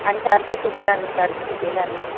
आनी सारके सुकल्या न्ही सारके सुकयल्या न्ही